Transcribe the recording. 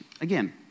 again